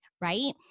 right